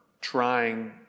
Trying